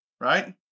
right